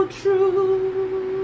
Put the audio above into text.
true